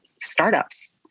startups